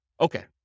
Okay